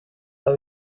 now